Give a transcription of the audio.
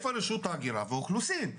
איפה רשות ההגירה והאוכלוסין?